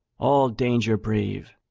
all danger brave,